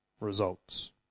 results